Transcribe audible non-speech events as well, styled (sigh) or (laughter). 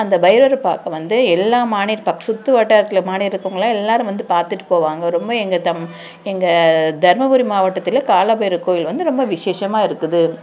அந்த பைரவர பார்க்க வந்து எல்லா மாநிலத்தை (unintelligible) சுற்று வட்டாரத்தில் மானி இருக்கறவங்கலாம் எல்லாரும் வந்து பார்த்துட்டு போவாங்க ரொம்ப எங்கள் தம் எங்கள் தர்மபுரி மாவட்டத்தில் கால பைரவர் கோவில் வந்து ரொம்ப விசேஷமாக இருக்குது